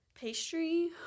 pastry